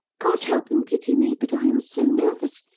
god help and pity me! but i am so nervous,